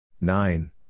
Nine